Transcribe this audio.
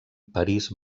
parís